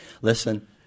Listen